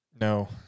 No